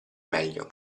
meglio